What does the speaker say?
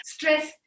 Stress